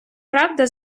правда